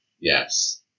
Yes